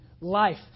life